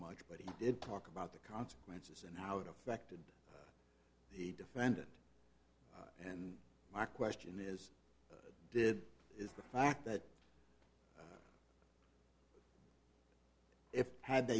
much but he did talk about the consequences and how it affected the defendant and my question is did is the act that if had t